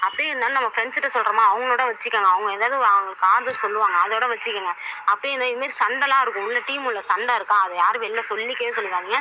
அப்படியே இருந்தாலும் நம்ம ஃப்ரெண்ட்ஸிட்டை சொல்லுறோமா அவங்களோட வச்சிக்கோங்க அவங்க எதாவது உங்களுக்கு ஆறுதல் சொல்லுவாங்க அதோட வச்சிக்கோங்க அப்படி இல்லை இன்னும் சண்டலாம் இருக்கும் உள்ளே டீம் உள்ளே சண்டை இருக்கா அதை யாரும் வெளில சொல்லிக்கவே சொல்லிவிடாதீங்க